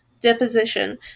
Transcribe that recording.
deposition